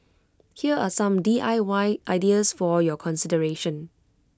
here are some D I Y ideas for your consideration